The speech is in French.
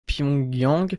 pyongyang